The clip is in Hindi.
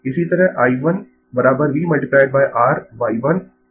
इसी तरह I 1 V r Y1